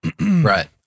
Right